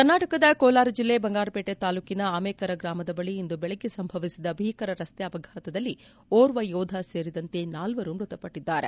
ಕರ್ನಾಟಕದ ಕೋಲಾರ ಜಿಲ್ಲೆ ಬಂಗಾರಪೇಟೆ ತಾಲೂಕಿನ ಆಮೆಕರ ಗ್ರಾಮದ ಬಳಿ ಇಂದು ಬೆಳಗ್ಗೆ ಸಂಭವಿಸಿದ ಭೀಕರ ರಸ್ತೆ ಅಪಘಾತದಲ್ಲಿ ಓರ್ವ ಯೋಧ ಸೇರಿದಂತೆ ನಾಲ್ವರು ಮೃತಪಟ್ಲದ್ದಾರೆ